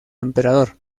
emperador